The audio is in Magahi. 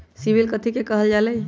सिबिल कथि के काहल जा लई?